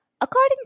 According